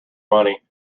money